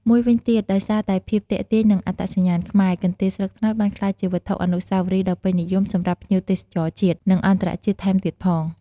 មួយវិញទៀត ដោយសារតែភាពទាក់ទាញ និងអត្តសញ្ញាណខ្មែរ កន្ទេលស្លឹកត្នោតបានក្លាយជាវត្ថុអនុស្សាវរីយ៍ដ៏ពេញនិយមសម្រាប់ភ្ញៀវទេសចរជាតិ និងអន្តរជាតិថែមទៀតផង។